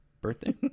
birthday